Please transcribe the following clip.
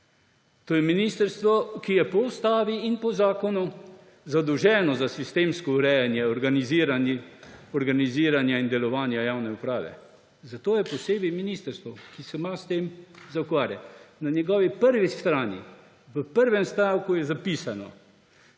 To je ministrstvo, ki je po ustavi in po zakonu zadolženo za sistemsko urejanje organiziranja in delovanja javne uprave. Zato je posebej ministrstvo, ki se ima s tem ukvarjati. Na njegovi prvi strani je v prvem stavku zapisano,